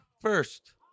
First